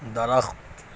درخت